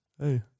hey